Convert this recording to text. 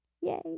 Yay